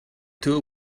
two